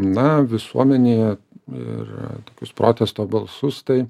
na visuomenėje ir tokius protesto balsus tai